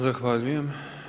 Zahvaljujem.